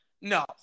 no